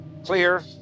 clear